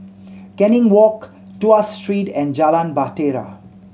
Canning Walk Tuas Street and Jalan Bahtera